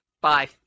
Bye